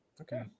okay